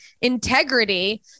integrity